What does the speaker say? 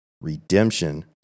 redemption